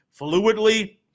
fluidly